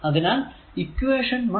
അതാണ് ഇക്വേഷൻ 1